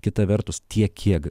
kita vertus tiek kiek